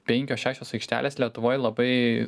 penkios šešios aikštelės lietuvoj labai